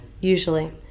Usually